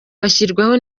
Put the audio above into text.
bashyirwaho